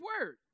word